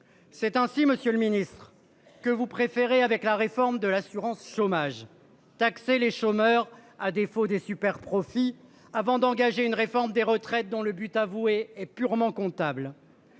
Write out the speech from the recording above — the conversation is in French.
Ces temps-ci. Monsieur le Ministre, que vous préférez. Avec la réforme de l'assurance chômage. Taxer les chômeurs à défaut des super profits avant d'engager une réforme des retraites dont le but avoué est purement comptable.